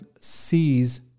sees